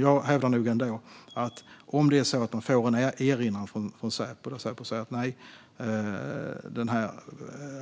Jag hävdar att om det kommer en erinran från Säpo om att det